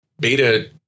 beta